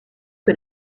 que